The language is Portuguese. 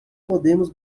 podemos